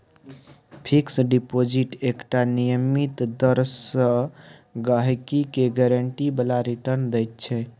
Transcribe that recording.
fix deposit एकटा नियमित दर सँ गहिंकी केँ गारंटी बला रिटर्न दैत छै